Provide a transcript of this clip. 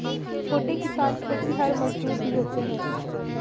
छोटे किसान खेतिहर मजदूर भी होते हैं